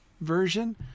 version